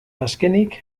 azkenik